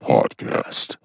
Podcast